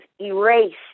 erased